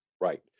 Right